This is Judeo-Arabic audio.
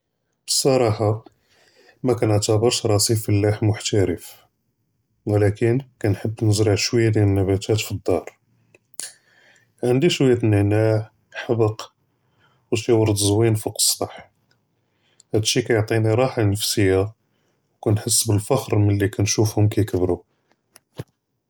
בצראחה מאכנעתברש ראסי פלאח מוחטרף، ולכין כנחב נזרע שוויה דיאל אלנבתאת פלאדאר، עינדי שוויה ד אלנענע، חבק ושי ורד זוין פוק אלסטח، האד שי כיעטיני ראחה נפסיה וכנחס בלפח'ר מלי כנשופהום כיכברו.